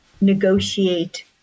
negotiate